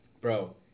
bro